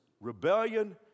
rebellion